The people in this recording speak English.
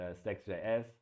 Stacks.js